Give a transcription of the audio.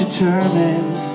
Determined